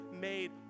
made